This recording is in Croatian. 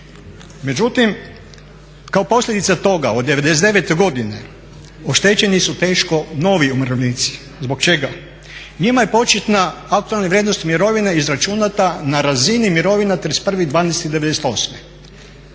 Međutim, kao posljedica toga od '99. godine oštećeni su teško novi umirovljenici. Zbog čega? Njima je početna, aktualna vrijednost mirovine izračunata na razini mirovina 31.12.'98.